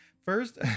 First